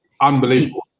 Unbelievable